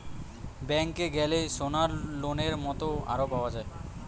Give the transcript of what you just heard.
ব্যাংকে গ্যালে সোনার লোনের মত আরো পাওয়া যায়